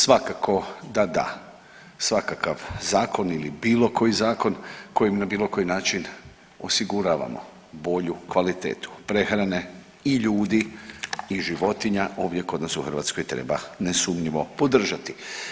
Svakako da da, svakakav zakon ili bilo koji zakon kojim na bilo koji način osiguravamo bolju kvalitetu prehrane i ljudi i životinja ovdje kod nas u Hrvatskoj treba nesumnjivo podržati.